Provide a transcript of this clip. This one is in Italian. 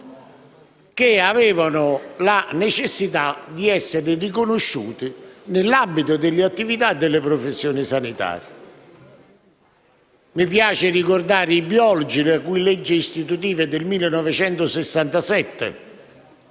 che hanno la necessità di essere riconosciuti nell'ambito delle attività e delle professioni sanitarie. Mi piace ricordare i biologi, la cui legge istitutiva risale al 1967,